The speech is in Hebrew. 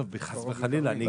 לא, חס וחלילה, אני גאה.